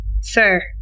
sir